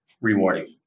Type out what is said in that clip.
rewarding